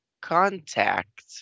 Contact